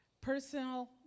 personal